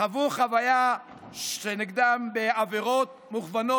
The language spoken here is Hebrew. חוו חוויה נגדם בעבירות מקוונות,